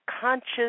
conscious